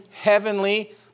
heavenly